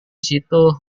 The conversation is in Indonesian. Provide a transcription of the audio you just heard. situ